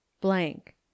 blank